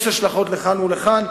יש השלכות לכאן ולכאן,